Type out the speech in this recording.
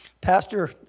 Pastor